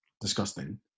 disgusting